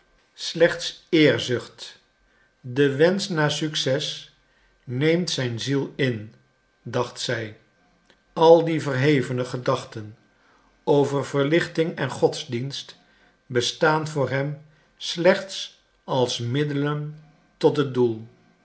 slechts eerzucht de wensch naar succes neemt zijn ziel in dacht zij al die verhevene gedachten over verlichting en godsdienst bestaan voor hem slechts als middelen tot het doel